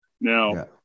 Now